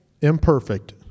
imperfect